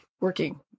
working